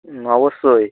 হুম অবশ্যই